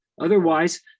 otherwise